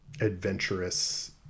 adventurous